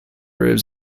ribs